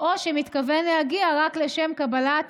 או שהוא מתכוון להגיע רק לשם קבלת